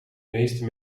meeste